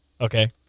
Okay